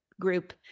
group